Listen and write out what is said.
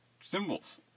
symbols